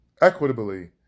equitably